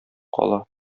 кала